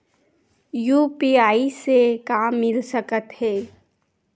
UPI से का मिल सकत हे?